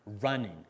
running